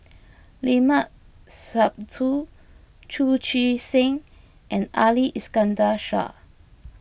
Limat Sabtu Chu Chee Seng and Ali Iskandar Shah